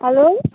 hello